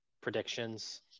predictions